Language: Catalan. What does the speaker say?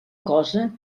cosa